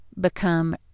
become